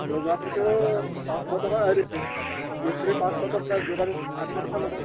যোগালীটো পাঁচশ টকাৰ মিস্ত্ৰী পাঁচশ টকা ল'ব